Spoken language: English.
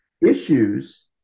issues